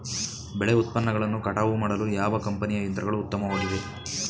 ಬೆಳೆ ಉತ್ಪನ್ನಗಳನ್ನು ಕಟಾವು ಮಾಡಲು ಯಾವ ಕಂಪನಿಯ ಯಂತ್ರಗಳು ಉತ್ತಮವಾಗಿವೆ?